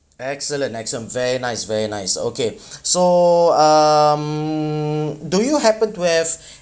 excellent excellent very nice very nice okay so um do you happen to have